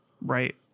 Right